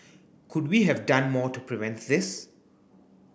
could we have done more to prevent this